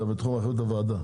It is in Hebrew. זה בתחום אחריות הוועדה.